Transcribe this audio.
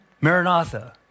Maranatha